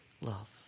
love